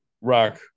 rock